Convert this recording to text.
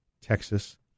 Texas